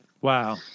Wow